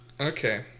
Okay